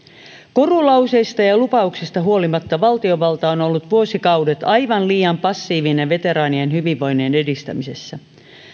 korulauseista ja ja lupauksista huolimatta valtiovalta on on ollut vuosikaudet aivan liian passiivinen veteraanien hyvinvoinnin edistämisessä